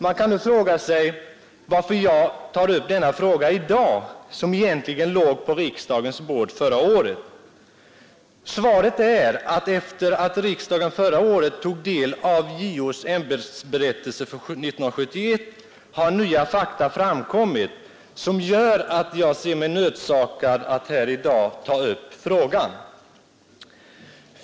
Man kan nu fråga sig varför jag i dag tar upp denna fråga, som egentligen låg på riksdagens bord förra året. Svaret är att efter det att riksdagen förra året tog del av JO:s ämbetsberättelse för 1971 har nya fakta framkommit, som gör att jag ser mig nödsakad att här i dag ta upp frågan.